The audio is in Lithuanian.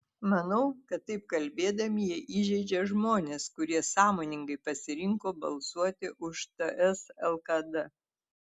manau kad taip kalbėdami jie įžeidžia žmones kurie sąmoningai pasirinko balsuoti už ts lkd